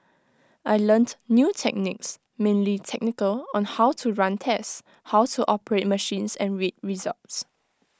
I learnt new techniques mainly technical on how to run tests how to operate machines and read results